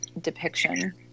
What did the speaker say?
depiction